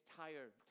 tired